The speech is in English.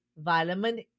vitamin